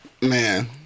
Man